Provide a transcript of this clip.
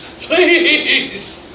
Please